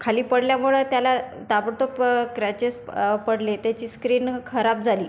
खाली पडल्यामुळं त्याला ताबडतोब क्रॅचेस पडले त्याची स्क्रीन खराब झाली